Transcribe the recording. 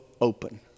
open